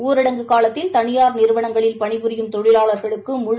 ஊரடங்கு காலத்தில் தனியார் நிறுவனங்களில் பணி புரியும் தொழிலாளர்களுக்கு முழு